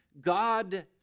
God